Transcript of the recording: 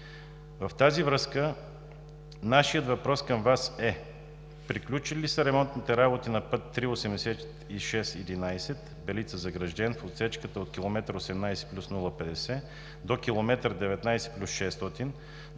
В тази връзка нашият въпрос към Вас е: приключили ли са ремонтните работи на път III-8611 Белица – Загражден в отсечката от км 18+050 до км 19+600,